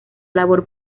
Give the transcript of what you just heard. labor